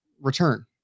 return